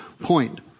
point